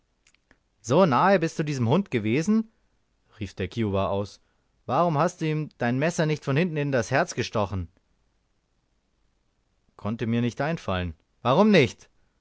so nahe bist du diesem hunde gewesen rief der kiowa aus warum hast du ihm dein messer nicht von hinten in das herz gestoßen konnte mir nicht einfallen warum nicht